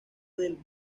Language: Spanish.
del